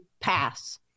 pass